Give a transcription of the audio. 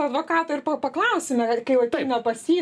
advokato ir paklausime ir kai jau ateina pas jį